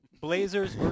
Blazers